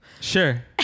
Sure